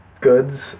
goods